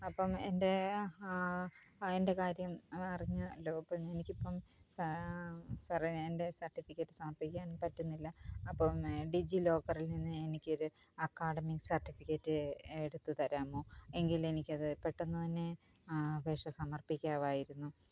അപ്പം എൻ്റെ എൻ്റെ കാര്യം അറിഞ്ഞല്ലോ അപ്പം എനിക്കിപ്പം സാറെ എൻ്റെ സർട്ടിഫിക്കറ്റ് സമർപ്പിക്കാൻ പറ്റുന്നില്ല അപ്പം ഡിജിലോക്കറിൽ നിന്ന് എനിക്കൊരു അക്കാഡമിക്ക് സർട്ടിഫിക്കറ്റ് എടുത്ത് തരാമോ എങ്കിൽ എനിക്കത് പെട്ടെന്നുതന്നെ അപേക്ഷ സമർപ്പിക്കാമായിരുന്നു